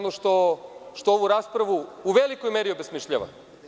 To je ono što ovu raspravu u velikoj meri obesmišljava.